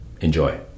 Enjoy